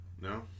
no